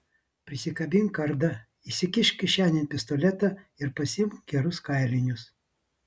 prisikabink kardą įsikišk kišenėn pistoletą ir pasiimk gerus kailinius